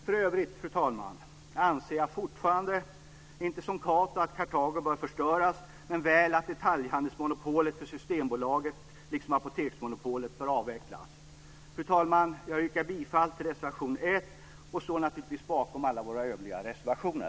För övrigt, fru talman, anser jag fortfarande inte som Cato att Karthago bör förstöras men väl att detaljhandelsmonopolet för Systembolaget liksom apoteksmonopolet bör avvecklas. Fru talman! Jag yrkar bifall till reservation 1 och står naturligtvis bakom alla våra övriga reservationer.